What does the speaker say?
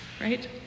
Right